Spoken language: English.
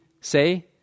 say